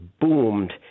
boomed